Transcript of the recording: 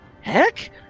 heck